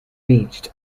reached